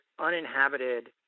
uninhabited